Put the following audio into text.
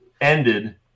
ended